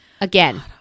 Again